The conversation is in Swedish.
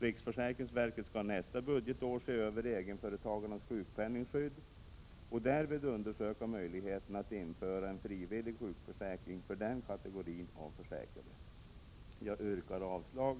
Riksförsäkringsverket skall under nästa budgetår se över egenföretagarnas sjukpenningskydd och därvid undersöka möjligheterna att införa en frivillig sjukförsäkring för denna kategori av försäkrade. Jag yrkar avslag